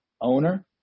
owner